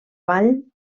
vall